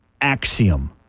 axiom